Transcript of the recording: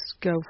go